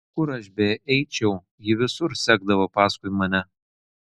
kur aš beeičiau ji visur sekdavo paskui mane